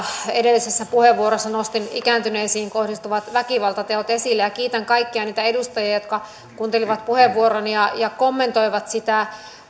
edellisessä puheenvuorossa nostin ikääntyneisiin kohdistuvat väkivaltateot esille ja kiitän kaikkia niitä edustajia jotka kuuntelivat puheenvuoroni ja ja kommentoivat sitä